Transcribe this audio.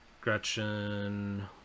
Gretchen